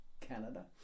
Canada